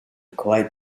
quite